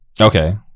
Okay